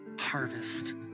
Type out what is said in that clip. harvest